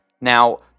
Now